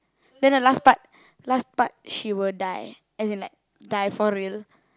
then the last part last part she will die as in like die for real